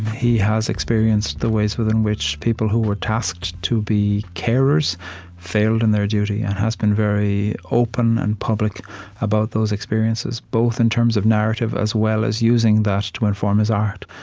he has experienced the ways within which people who tasked to be carers failed in their duty and has been very open and public about those experiences, both in terms of narrative, as well as using that to inform his art.